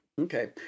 Okay